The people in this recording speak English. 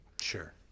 Sure